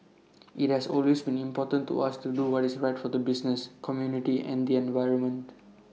IT has always been important to us to do what is right for the business community and the environment